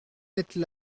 n’êtes